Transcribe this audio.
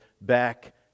back